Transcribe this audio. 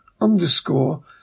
underscore